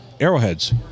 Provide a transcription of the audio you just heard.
Arrowheads